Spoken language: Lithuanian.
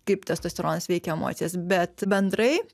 kaip testosteronas veikia emocijas bet bendrai